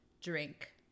drink